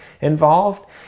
involved